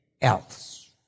else